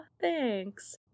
thanks